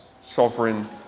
sovereign